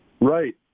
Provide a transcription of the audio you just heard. Right